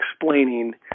explaining